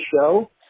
show